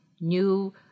new